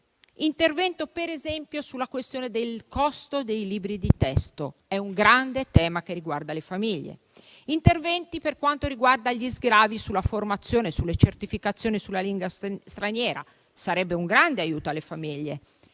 l'intervento sulla questione del costo dei libri di testo è un grande tema che riguarda le famiglie; interventi per quanto riguarda gli sgravi sulla formazione, sulle certificazioni sulla lingua straniera sarebbero un grande aiuto alle famiglie.